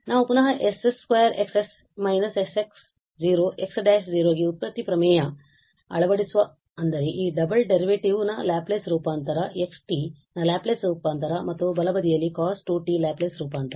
ನಾವು ಪುನಃ s2X − sx − x′ ಗೆ ವ್ಯುತ್ಪತ್ತಿ ಪ್ರಮೇಯಅಳವಡಿಸುವ ಅಂದರೆ ಈ ಡಬಲ್ ಡೆರಿವೇಟಿವ್ ನ ಲ್ಯಾಪ್ಲೇಸ್ ರೂಪಾಂತರ ಮತ್ತು x ನ ಲ್ಯಾಪ್ಲೇಸ್ ರೂಪಾಂತರ ಮತ್ತು ಬಲಬದಿ ಯಲ್ಲಿ cos 2t ನಲ್ಯಾಪ್ಲೇಸ್ ರೂಪಾಂತರ